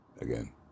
again